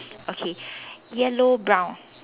okay yellow brown